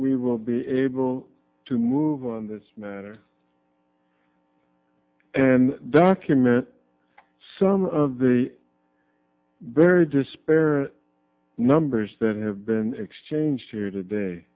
we will be able to move on this matter and document some of the very disparate numbers that have been exchanged here today